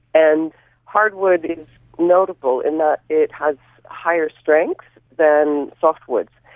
and hardwood is notable in that it has higher strength than softwoods.